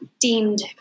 deemed